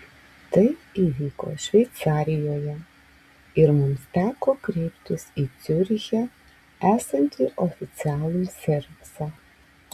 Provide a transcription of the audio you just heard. tai įvyko šveicarijoje ir mums teko kreiptis į ciuriche esantį oficialų servisą